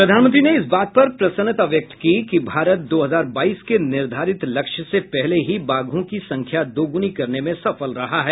प्रधानमंत्री ने इस बात पर प्रसन्नता व्यक्त की कि भारत दो हजार बाईस के निर्धारित लक्ष्य से पहले ही बाघों की संख्या दोगुनी करने में सफल रहा है